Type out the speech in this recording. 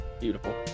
Beautiful